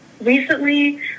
recently